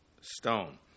stone